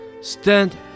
Stand